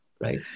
right